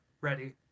ready